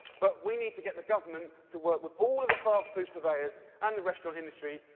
but we need to get the government to work with all of the fast food purveyors and the restaurant industry,